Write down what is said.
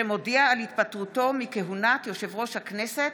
שמודיע על התפטרותו מכהונת יושב-ראש הכנסת,